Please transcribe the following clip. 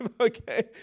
okay